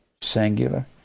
singular